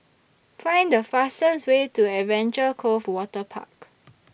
Find The fastest Way to Adventure Cove Waterpark